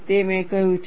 તે મેં કહ્યું છે